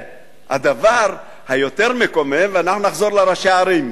הדבר היותר מקומם, ואנחנו נחזור לראשי הערים,